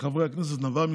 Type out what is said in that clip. לחברי הכנסת נבעה,